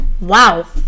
Wow